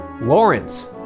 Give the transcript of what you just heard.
Lawrence